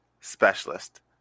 specialist